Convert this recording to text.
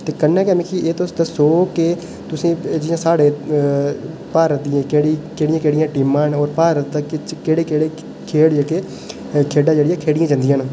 ते कन्नै गै मिगी एह् तुस दस्सो कि तुसें ई जि'यां साढ़े भारत दियें केह्ड़ी केह्ड़ियें केह्ड़ियें टीमां न ओह् भारत दे बिच केह्ड़े केह्ड़े खेढ जेह्के खेढां जेह्कियां खेढियां जंदियां न